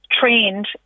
trained